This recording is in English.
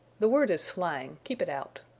the word is slang keep it out.